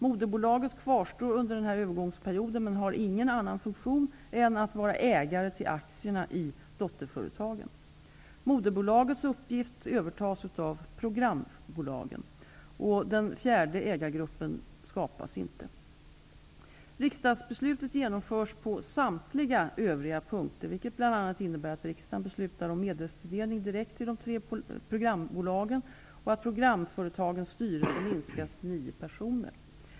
Moderbolaget kvarstår under denna övergångstid, men har ingen annan funktion än att vara ägare till aktierna i dotterföretagen. Moderbolagets uppgifter övertas av programbolagen. Den fjärde ägargruppen skapas inte. Riksdagsbeslutet genomförs på samtliga övriga punkter, vilket bl.a. innebär att riksdagen beslutar om medelstilldelning direkt till de tre programbolagen och att programföretagens styrelser minskas till nio personer.